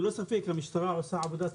ללא ספק המשטרה עושה עבודה טובה,